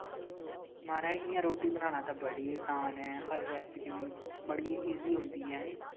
माराज इयां रुट्टी बनाना ते बड़ा आसान ऐ हर रैसिपी बड़ी इज़ी होंदी ऐ हैनी